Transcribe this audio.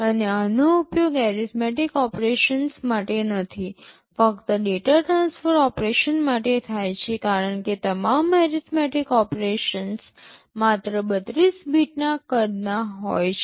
અને આનો ઉપયોગ એરિથમેટિક ઓપરેશન્સ માટે નથી ફક્ત ડેટા ટ્રાન્સફર ઓપરેશન માટે થાય છે કારણ કે તમામ એરિથમેટિક ઓપરેશન્સ માત્ર ૩૨ બિટ્સના કદના હોય છે